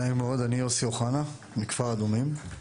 אני יוסי אוחנה מכפר אדומים.